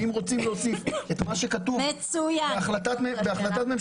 ואם רוצים אם רוצים להוסיף את מה שכתוב בהחלטת ממשלה,